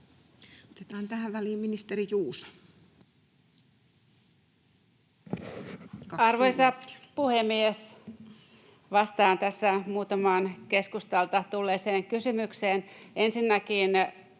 2024 Time: 16:05 Content: Arvoisa puhemies! Vastaan tässä muutamaan keskustalta tulleeseen kysymykseen. Ensinnäkin